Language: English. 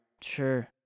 Sure